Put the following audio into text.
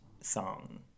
song